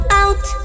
out